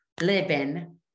living